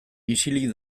isilik